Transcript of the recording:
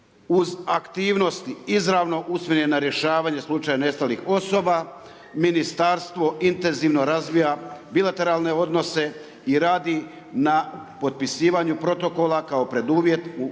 Uz aktivnosti izravno usmjeren na rješavanje slučaja nestalih osoba, ministarstvo intenzivno razvija bilateralne odnose i radi na potpisivanju protokola kao preduvjet u